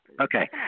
Okay